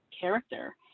character